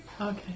Okay